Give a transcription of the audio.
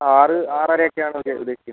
ആറ് ആറര ഒക്കെയാണ് ഉദ്ദേശിക്കുന്നത്